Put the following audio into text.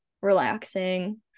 relaxing